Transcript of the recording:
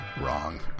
wrong